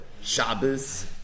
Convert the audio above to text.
Shabbos